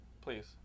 please